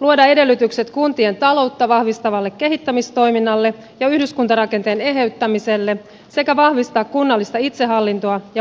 luoda edellytykset kuntien taloutta vahvistavalle kehittämistoiminnalle ja yhdyskuntarakenteen eheyttämiselle sekä vahvistaa kunnallista itsehallintoa ja paikallista demokratiaa